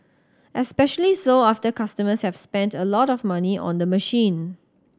especially so after customers have spent a lot of money on the machine